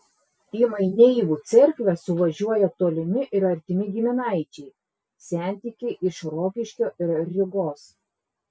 į maineivų cerkvę suvažiuoja tolimi ir artimi giminaičiai sentikiai iš rokiškio ir rygos